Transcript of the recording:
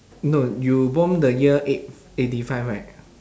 no you born the year eight eighty five right